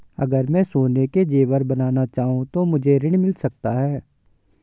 अगर मैं सोने के ज़ेवर बनाना चाहूं तो मुझे ऋण मिल सकता है?